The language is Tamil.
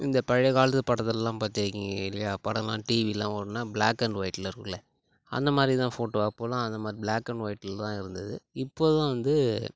இந்த பழைய காலத்தில் படத்துலல்லாம் பார்த்துருக்கீங்க இல்லையா படல்லாம் டீவிலாம் ஓடுனால் பிளாக் அண்ட் ஒயிட்டில் இருக்குதுல்ல அந்த மாதிரிதான் ஃபோட்டோ அப்போலாம் அந்தமாதிரி பிளாக் அண்ட் ஒயிட்டில் தான் இருந்தது இப்போ தான் வந்து